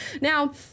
Now